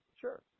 Sure